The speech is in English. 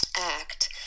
act